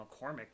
McCormick